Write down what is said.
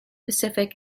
pacific